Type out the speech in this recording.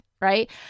Right